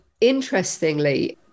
Interestingly